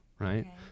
Right